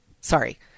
Sorry